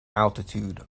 altitude